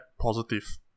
positive